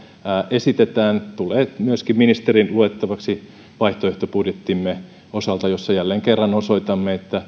esitetään tulee myöskin ministerin luettavaksi vaihtoehtobudjettimme osalta jossa jälleen kerran osoitamme